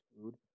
food